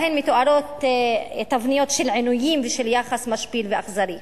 שבהן מתוארות תבניות של עינויים ושל יחס משפיל ואכזרי.